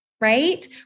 right